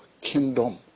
kingdom